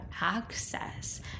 access